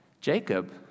Jacob